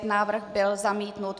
Návrh byl zamítnut.